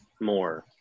more